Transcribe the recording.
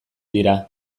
dira